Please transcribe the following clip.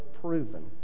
proven